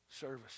Service